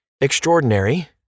extraordinary